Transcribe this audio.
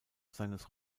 seines